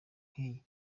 nkiyi